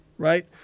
Right